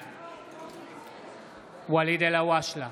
בעד ואליד אלהואשלה,